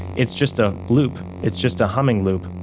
it's just a loop. it's just a humming loop,